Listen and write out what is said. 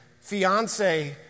fiance